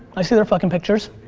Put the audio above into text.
i see their fucking pictures.